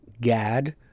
Gad